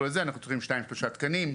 אנחנו צריכים 2-3 תקנים.